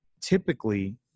typically